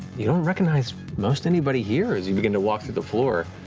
you don't recognize most anybody here as you begin to walk through the floor.